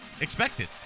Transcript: expected